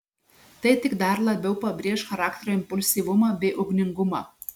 tai tik dar labiau pabrėš charakterio impulsyvumą bei ugningumą